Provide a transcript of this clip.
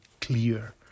clear